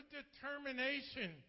determination